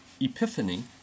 Epiphany